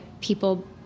people